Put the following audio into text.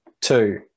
Two